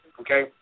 Okay